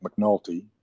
McNulty